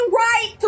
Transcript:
right